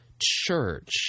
church